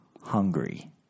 hungry